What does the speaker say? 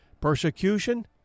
Persecution